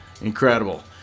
Incredible